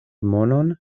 monon